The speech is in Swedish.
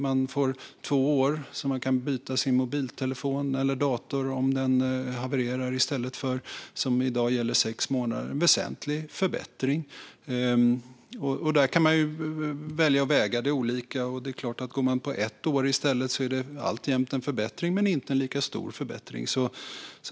Man får två år som man kan byta sin mobiltelefon eller dator på om den havererar i stället för de sex månader som gäller i dag. Det är en väsentlig förbättring. Där kan man väga det olika. Om man går på ett år i stället är det alltjämt en förbättring, men det är inte en lika stor förbättring.